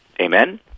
Amen